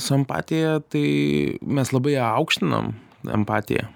su empatija tai mes labai ją aukštinam empatiją